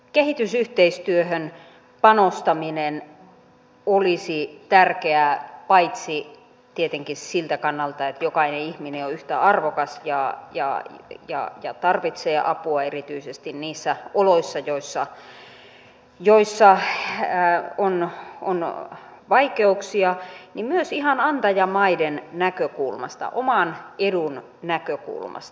kehitysyhteistyöhön panostaminen olisi tärkeää paitsi tietenkin siltä kannalta että jokainen ihminen on yhtä arvokas ja tarvitsee apua erityisesti niissä oloissa joissa on vaikeuksia myös ihan antajamaiden näkökulmasta oman edun näkökulmasta